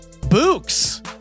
Books